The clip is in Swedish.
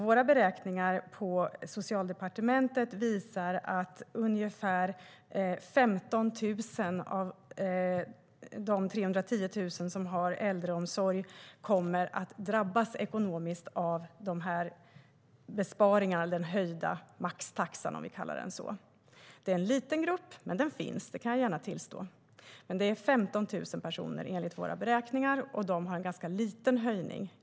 Våra beräkningar på Socialdepartementet visar att ungefär 15 000 av de 310 000 som har äldreomsorg kommer att drabbas ekonomiskt av den höjda maxtaxan. Det är en liten grupp, men jag tillstår gärna att den finns. Dessa 15 000 personer får dock i genomsnitt en ganska liten höjning.